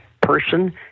person